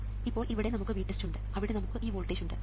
ഇപ്പോൾ ഇവിടെ നമുക്ക് VTEST ഉണ്ട് അവിടെ നമുക്ക് ഈ വോൾട്ടേജ് ഉണ്ട്